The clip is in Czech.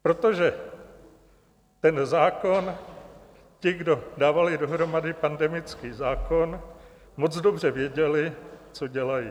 Protože ten zákon, ti, kdo dávali dohromady pandemický zákon, moc dobře věděli, co dělají.